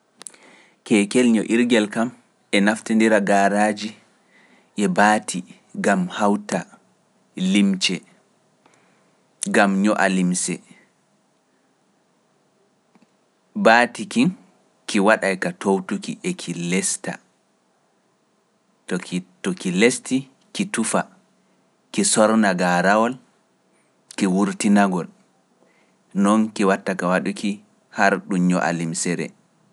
Keekel ño'ir ngel kam e naftira e gaaraaji e baati gam hawta limce, gam ño’a limce. Baati kin, ki waɗay ka toowtuki e ki lesta, to ki lesti ki tufa, ki sorna gaarawol, ki wurtinagol, noon ki watta ka waɗuki har ɗum ño’a limcere.